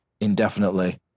indefinitely